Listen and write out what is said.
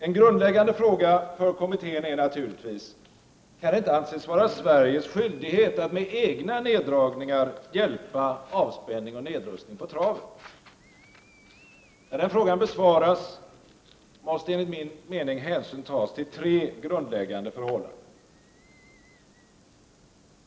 En grundläggande fråga för kommittén är naturligtvis: Kan det inte anses vara Sveriges skyldighet att med egna neddragningar hjälpa avspänning och nedrustning på traven? När den frågan besvaras måste enligt min mening hänsyn tas till tre grundläggande förhållanden.